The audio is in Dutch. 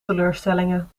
teleurstellingen